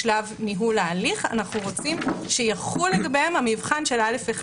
בשלב ניהול ההליך אנחנו רוצים שיחול לגביהם המבחן של (א1),